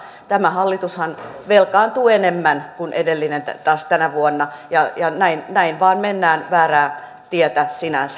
tämä hallitushan velkaantuu enemmän kuin edellinen taas tänä vuonna ja näin vain mennään väärää tietä sinänsä